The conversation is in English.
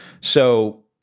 so-